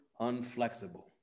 unflexible